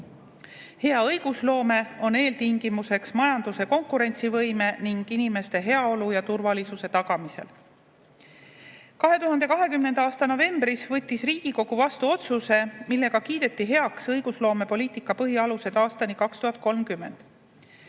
Hea õigusloome on majanduse konkurentsivõime ning inimeste heaolu ja turvalisuse tagamise eeltingimus.2020. aasta novembris võttis Riigikogu vastu otsuse, millega kiideti heaks "Õigusloomepoliitika põhialused aastani 2030".